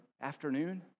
afternoon